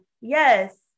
yes